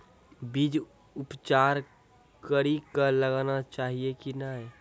बीज उपचार कड़ी कऽ लगाना चाहिए कि नैय?